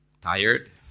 tired